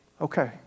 okay